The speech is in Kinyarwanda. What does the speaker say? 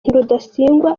rudasingwa